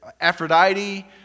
Aphrodite